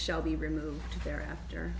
shall be removed ther